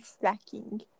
slacking